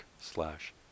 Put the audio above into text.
slash